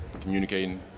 communicating